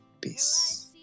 peace